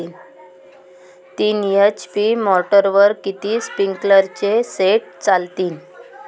तीन एच.पी मोटरवर किती स्प्रिंकलरचे सेट चालतीन?